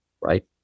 right